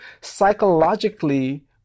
psychologically